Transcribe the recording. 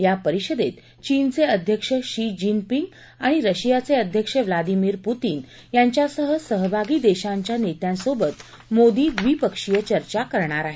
या परिषदेत चीनचे अध्यक्ष शी जिनपिंग आणि रशियाचे अध्यक्ष व्लादिमीर पुतीन यांच्यासह सहभागी देशांच्या नेत्यांसोबत मोदी ड्रिपक्षीय चर्चा करणार आहेत